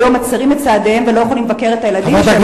שהיום מצרים את צעדיהן והן לא יכולות לבקר את הילדים שלהן.